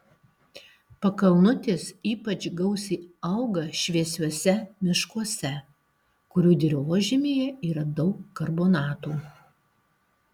pakalnutės ypač gausiai auga šviesiuose miškuose kurių dirvožemyje yra daug karbonatų